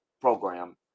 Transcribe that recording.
program